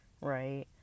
right